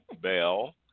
Bell